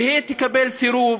והיא תקבל סירוב,